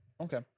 Okay